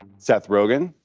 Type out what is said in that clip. seth rogen,